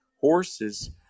horses